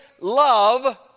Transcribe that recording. love